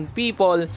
people